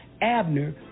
Abner